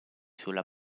sulla